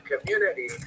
community